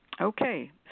Okay